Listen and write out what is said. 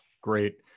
great